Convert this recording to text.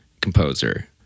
composer